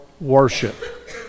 worship